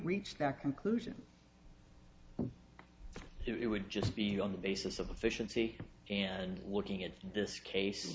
reach that conclusion it would just be on the basis of efficiency and looking at this case